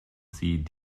sie